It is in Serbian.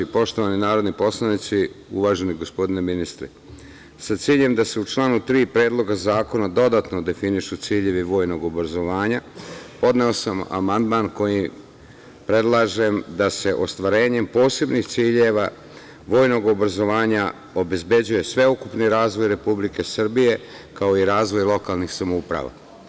Poštovani narodni poslanici, uvaženi gospodine ministre, sa ciljem da se u članu 3. Predloga zakona dodatno definišu ciljevi vojnog obrazovanja, podneo sam amandman kojim predlažem da se ostvarenjem posebnih ciljeva vojnog obrazovanja obezbeđuje sveukupni razvoj Republike Srbije, kao i razvoj lokalnih samouprava.